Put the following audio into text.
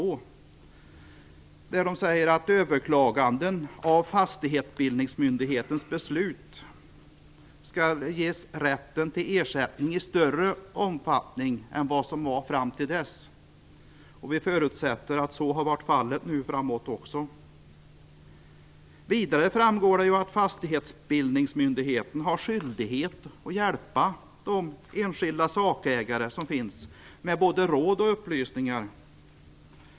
Där står det att sakägare vid överklagande av fastighetsbildningsmyndighetens beslut skall ges rätten till ersättning i större omfattning än vad som gällde fram till dess. Vi förutsätter att så också varit fallet. Vidare framgår det ju att fastighetsbildningsmyndigheten har skyldighet att hjälpa de enskilda sakägarna med både råd och upplysningar.